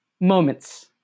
moments